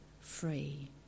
free